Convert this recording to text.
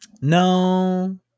No